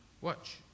Watch